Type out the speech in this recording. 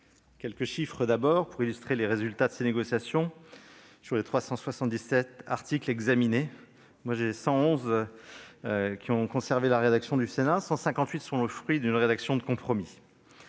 quelques chiffres, tout d'abord, pour illustrer les résultats de ces négociations : sur les 377 articles examinés, 111 conservent la rédaction du Sénat, 158 sont le fruit d'une rédaction de compromis.